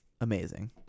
Amazing